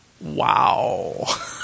Wow